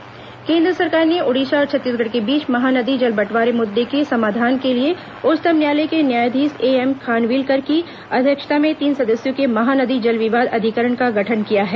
महानदी जल विवाद केंद्र सरकार ने ओडिशा और छत्तीसगढ़ के बीच महानदी जल बटंवारे मुद्दे के समाधान के लिए उच्चतम न्यायालय के न्यायाधीश एएम खानविलकर की अध्यक्षता में तीन सदस्यों के महानदी जल विवाद अधिकरण का गठन किया है